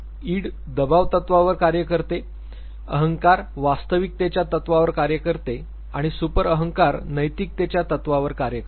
इड दबाव तत्त्वावर कार्य करते अहंकार वास्तविकतेच्या तत्त्वावर कार्य करते आणि सुपर अहंकार नैतिकतेच्या तत्त्वावर कार्य करते